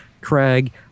Craig